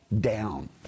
down